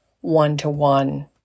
one-to-one